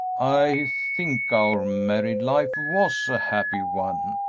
i think our married life was a happy one.